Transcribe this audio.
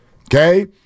okay